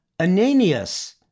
Ananias